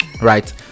right